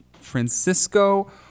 Francisco